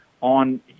on